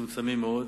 מצומצמים מאוד.